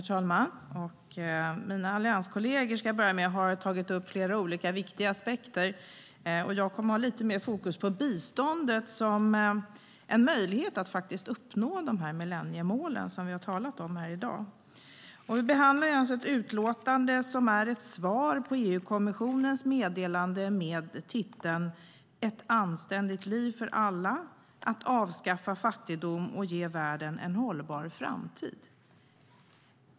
Herr talman! Mina allianskolleger, ska jag börja med att säga, har tagit upp flera olika viktiga aspekter. Jag kommer att ha lite mer fokus på biståndet som en möjlighet att faktiskt uppnå de millenniemål som vi har talat om i dag. Vi behandlar alltså ett utlåtande som är ett svar på EU-kommissionens meddelande med titeln Ett anständigt liv för alla - att avskaffa fattigdom och ge världen en hållbar framtid .